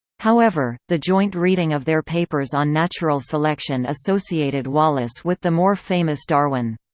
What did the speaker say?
however, the joint reading of their papers on natural selection associated wallace with the more famous darwin.